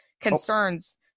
concerns